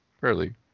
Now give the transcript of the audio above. fairly